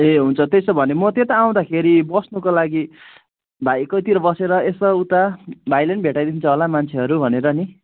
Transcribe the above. ए हुन्छ त्यसो भने म त्यता आउँदाखेरि बस्नुको लागि भाइको तिर बसेर यता उता भाइले नै भेटाइदिन्छ होला मान्छेहरू भनेर नि